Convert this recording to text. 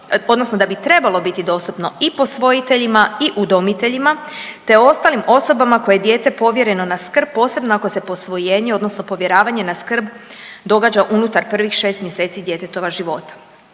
odnosno da bi trebalo biti dostupno i posvojiteljima i udomiteljima, te ostalim osobama kojima je dijete povjereno na skrb posebno ako se posvojenje odnosno povjeravanje na skrb događa unutar prvih 6 mjeseci djetetova života.